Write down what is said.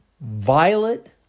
violet